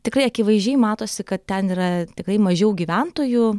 tikrai akivaizdžiai matosi kad ten yra tikrai mažiau gyventojų